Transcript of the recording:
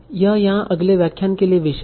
यह यहाँ अगले व्याख्यान के लिए विषय होगा